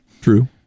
True